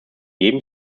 jedem